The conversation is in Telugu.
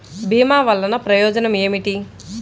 భీమ వల్లన ప్రయోజనం ఏమిటి?